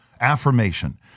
affirmation